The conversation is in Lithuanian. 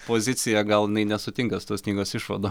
poziciją gal jinai nesutinka su tos knygos išvadom